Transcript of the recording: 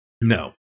No